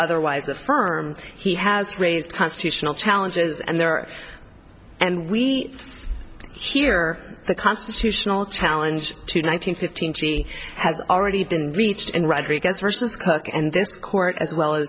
otherwise affirm he has raised constitutional challenges and there are and we hear the constitutional challenge to nine hundred fifteen she has already been reached in rodriguez versus cook and this court as well as